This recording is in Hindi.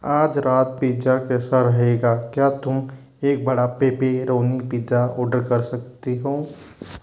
आज रात पिज़्ज़ा कैसा रहेगा क्या तुम एक बड़ा पेपेरोनी पिज़्ज़ा ऑर्डर कर सकती हो